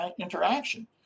interaction